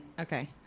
Okay